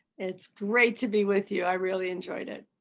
it's great to be with you. i really enjoyed it.